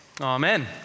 amen